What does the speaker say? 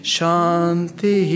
Shanti